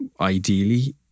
Ideally